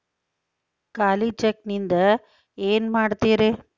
ಖಾಲಿ ಚೆಕ್ ನಿಂದ ಏನ ಮಾಡ್ತಿರೇ?